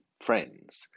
friends